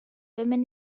women